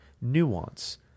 nuance